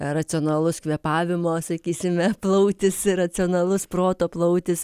racionalus kvėpavimo sakysime plautis ir racionalus proto plautis